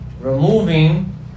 removing